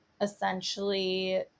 essentially